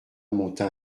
monta